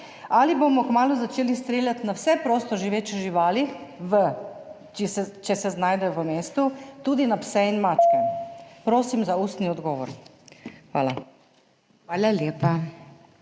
Ali bomo kmalu začeli streljati na vse prostoživeče živali, če se znajdejo v mestu, tudi na pse in mačke? Prosim za ustni odgovor. Hvala.